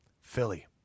Philly